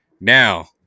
now